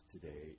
today